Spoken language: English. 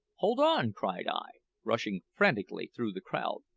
hold on cried i, rushing frantically through the crowd.